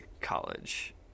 college